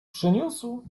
przyniósł